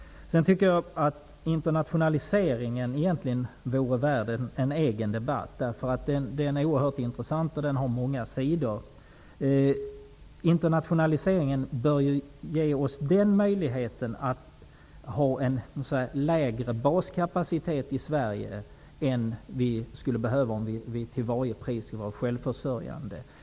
Internationaliseringen vore egentligen värd en egen debatt. Den är oerhört intressant och har många sidor. Internationaliseringen bör ju ge oss möjlighet att ha en lägre baskapacitet i Sverige än vad vi skulle behöva om vi till varje pris skulle vara självförsörjande.